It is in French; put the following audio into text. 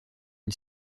une